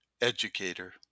educator